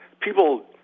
people